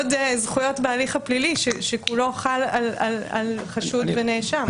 יסוד: זכויות בהליך הפלילי שכולו חל על חשוד ונאשם?